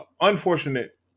unfortunate